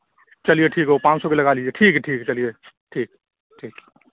چلیے ٹھیک ہے وہ پانچ سو روپے لگا لیجیے ٹھیک ہے ٹھیک چلیے ٹھیک ٹھیک